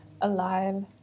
alive